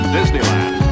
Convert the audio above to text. Disneyland